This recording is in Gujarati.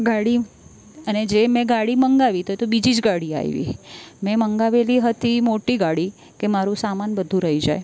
ગાડી અને જે મેં ગાડી મંગાવી તે તો બીજી જ ગાડી આવી મેં મંગાવેલી હતી મોટી ગાડી કે મારું સામાન બધું રહી જાય